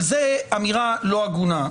זאת אמירה לא הגונה.